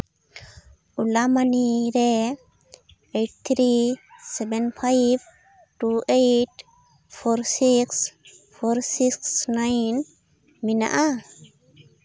ᱳᱞᱟ ᱢᱟᱱᱤ ᱨᱮ eight three seven five two eight four six four six nine ᱢᱮᱱᱟᱜᱼᱟ